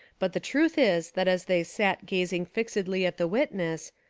but the truth is that as they sat gazing fixedly at the witness,